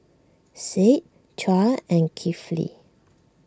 Said Tuah and Kefli